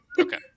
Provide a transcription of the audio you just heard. Okay